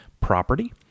property